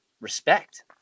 respect